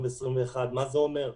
מה זה אומר?